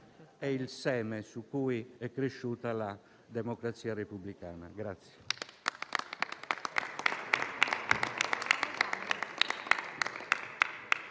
è il seme su cui è cresciuta la democrazia repubblicana.